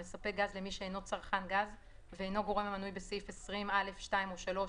המספק גז למי שאינו צרכן גז ואינו גורם המנוי בסעיף 20(א)(2) או (3)